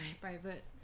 private